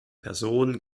person